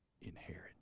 inherit